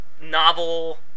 novel